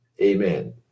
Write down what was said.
Amen